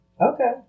Okay